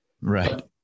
Right